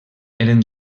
eren